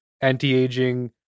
anti-aging